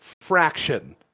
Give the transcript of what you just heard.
fraction